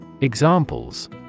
Examples